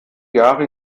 jahre